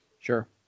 Sure